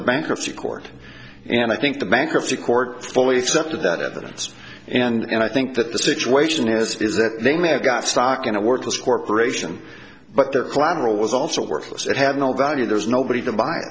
the bankruptcy court and i think the bankruptcy courts fully accepted that evidence and i think that the situation is that they may have got stock in a worthless corporation but their collateral was also worthless it have no value there's nobody to buy